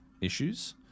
issues